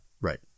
Right